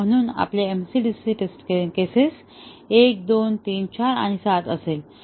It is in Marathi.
आणि म्हणून आपले MCDC टेस्टिंग केस 1 2 3 4 आणि 7 असेल